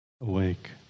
awake